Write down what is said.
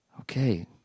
Okay